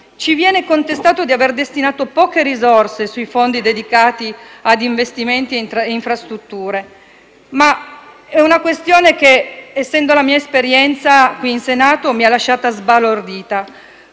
Ci viene contestato di aver destinato poche risorse sui fondi dedicati ad investimenti ed infrastrutture. Ma è una questione che, essendo mia prima esperienza qui in Senato, mi ha lasciata sbalordita: